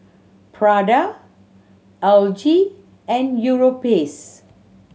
Prada L G and Europace